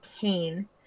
cane